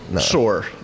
Sure